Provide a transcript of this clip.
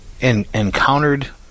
encountered